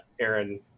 Aaron